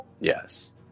Yes